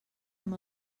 amb